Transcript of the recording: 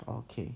oh okay